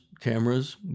cameras